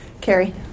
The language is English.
Carrie